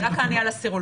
רק אני על הסרולוגיה.